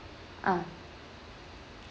ah